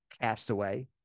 Castaway